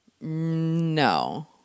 No